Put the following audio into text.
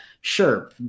sure